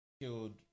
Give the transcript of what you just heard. killed